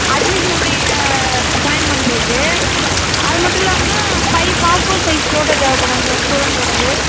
admission உடைய join பண்ணுறதுக்கு அது மட்டும் இல்லாமல் ஃபைவ் பாஸ்போர்ட் சைஸ் ஃபோட்டோ தேவைப்படும் சார் ஸ்டூடண்ட்டோடது